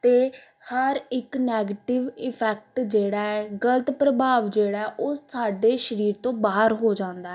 ਅਤੇ ਹਰ ਇੱਕ ਨੈਗੇਟਿਵ ਇਫੈਕਟ ਜਿਹੜਾ ਹੈ ਗਲਤ ਪ੍ਰਭਾਵ ਜਿਹੜਾ ਉਹ ਸਾਡੇ ਸਰੀਰ ਤੋਂ ਬਾਹਰ ਹੋ ਜਾਂਦਾ